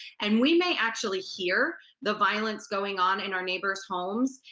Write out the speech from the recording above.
and we may actually hear the violence going on in our neighbors' homes,